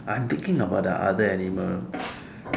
I'm thinking about the other animal